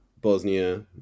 Bosnia